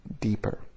deeper